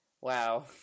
Wow